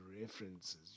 references